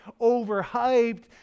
overhyped